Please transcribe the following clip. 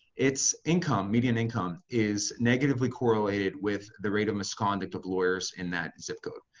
its income, median income is negatively correlated with the rate of misconduct of lawyers in that zip code.